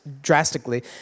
drastically